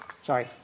sorry